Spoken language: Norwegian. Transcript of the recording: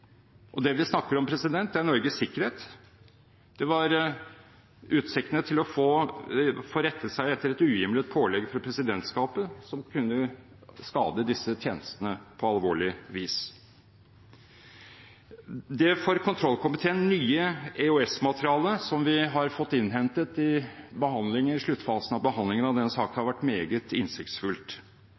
fastholdt. Det vi snakker om, er Norges sikkerhet. Det var utsiktene til å måtte rette seg etter et uhjemlet pålegg fra presidentskapet som kunne skade disse tjenestene på alvorlig vis. Det for kontrollkomiteen nye EOS-materialet, som vi har fått innhentet i sluttfasen av behandlingen av denne saken, har vært meget innsiktsfullt.